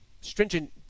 stringent